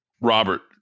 Robert